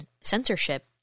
censorship